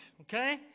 okay